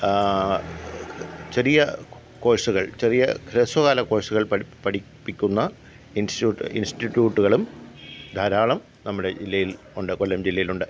ചെറിയ കോഴ്സുകള് ചെറിയ ഹ്രസ്വകാല കോഴ്സുകള് പഠിപ്പിക്കുന്ന ഇന്സ്ട്യുട്ട് ഇന്സ്റ്റിട്ട്യൂട്ടുകളും ധാരാളം നമ്മുടെ ജില്ലയില് ഉണ്ട് കൊല്ലം ജില്ലയിലുണ്ട്